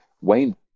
Wayne